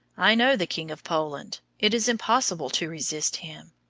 i know the king of poland. it is impossible to resist him.